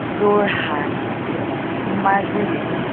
Jorhat Majuli